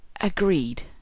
Agreed